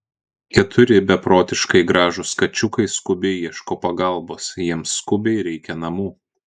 keturi beprotiškai gražūs kačiukai skubiai ieško pagalbos jiems skubiai reikia namų